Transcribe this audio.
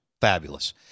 fabulous